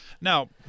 Now